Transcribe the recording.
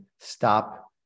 stop